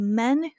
men